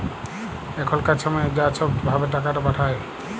এখলকার ছময়ে য ছব ভাবে টাকাট পাঠায়